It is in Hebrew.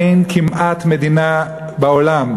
אין כמעט מדינה בעולם,